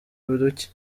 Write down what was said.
buke